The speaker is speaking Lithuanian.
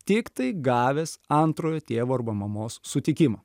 tiktai gavęs antrojo tėvo arba mamos sutikimą